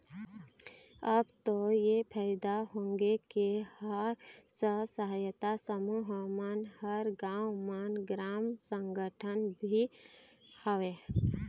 अब तो ऐ फायदा होगे के हर स्व सहायता समूह म हर गाँव म ग्राम संगठन भी हवय